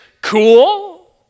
cool